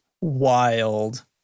wild